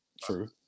true